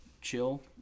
chill